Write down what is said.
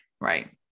right